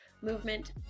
movement